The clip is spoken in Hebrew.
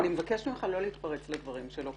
מבקשת לא להתפרץ לדברים של תת-אלוף גורדין.